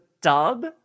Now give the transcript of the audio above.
dub